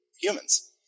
humans